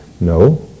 No